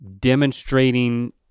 demonstrating